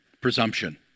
presumption